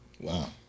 Wow